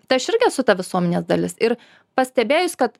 tai aš irgi esu ta visuomenės dalis ir pastebėjus kad